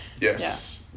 yes